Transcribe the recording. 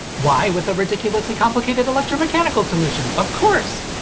why with a ridiculously complicated electromechanical solution, of course!